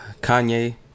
Kanye